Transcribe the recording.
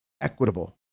equitable